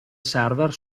server